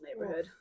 neighborhood